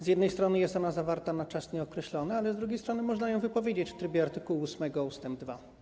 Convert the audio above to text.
Z jednej strony jest ona zawarta na czas nieokreślony, ale z drugiej strony można ją wypowiedzieć w trybie art. 8 ust. 2.